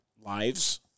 lives